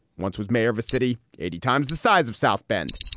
once was mayor of a city eighty times the size of south bend.